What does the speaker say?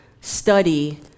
study